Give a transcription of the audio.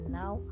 now